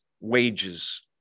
Wages